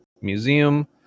Museum